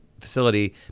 facility